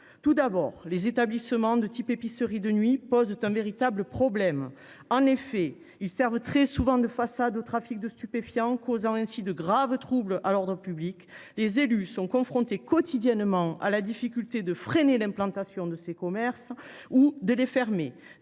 Tout d’abord, les établissements de type épiceries de nuit posent un véritable problème. En effet, ils servent très souvent de façade au trafic de stupéfiants, causant ainsi de graves troubles à l’ordre public. Les élus sont confrontés quotidiennement à la difficulté de freiner l’implantation de ces commerces ou de les fermer.